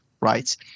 right